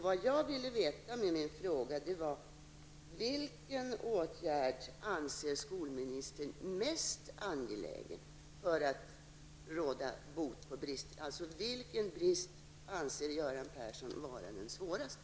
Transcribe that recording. Vad jag ville veta med min fråga var: Vilken åtgärd anser skolministern vara mest angelägen för att råda bot på bristerna? Vilken brist anser alltså Göran Persson vara den svåraste?